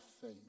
faith